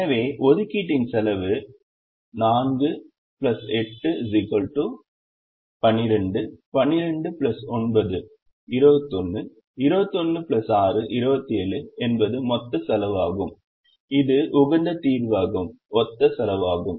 எனவே ஒதுக்கீட்டின் செலவு 4 8 12 12 9 21 21 6 27 என்பது மொத்த செலவு ஆகும் இது உகந்த தீர்வுக்கு ஒத்த செலவு ஆகும்